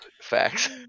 Facts